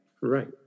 Right